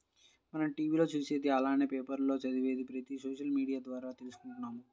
మనం టీవీ లో చూసేది అలానే పేపర్ లో చదివేది ప్రతిది సోషల్ మీడియా ద్వారా తీసుకుంటున్నాము